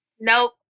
Nope